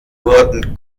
wurden